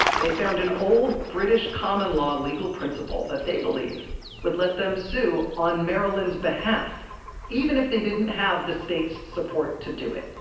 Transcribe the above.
they found an old british common law legal principle that they believed would let them sue on maryland's behalf even if they didn't have the state's support to do it.